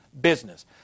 business